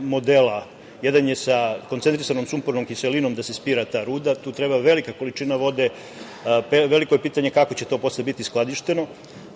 modela. Jedan je sa koncentrisanom sumpornom kiselinom da se spira ta ruda. Tu treba velika količina vode. Veliko je pitanje kako će to posle biti skladišteno. Takođe,